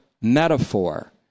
metaphor